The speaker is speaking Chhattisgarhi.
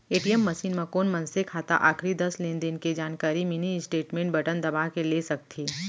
ए.टी.एम मसीन म कोन मनसे खाता आखरी दस लेनदेन के जानकारी मिनी स्टेटमेंट बटन दबा के ले सकथे